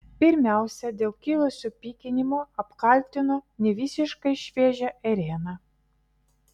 pirmiausia dėl kilusio pykinimo apkaltino nevisiškai šviežią ėrieną